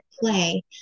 play